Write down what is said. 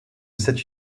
cette